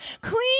clean